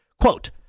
Quote